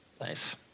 Nice